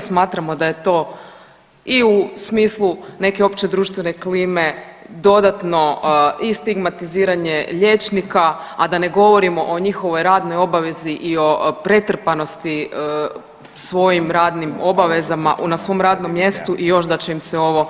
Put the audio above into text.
Smatramo da je to i u smislu neke opće društvene klime dodatno i stigmatiziranje liječnika, a da ne govorimo o njihovoj radnoj obavezi i o pretrpanosti svojim radnim obavezama na svom radnom mjestu i još da će im se ovo